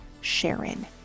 Sharon